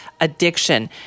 addiction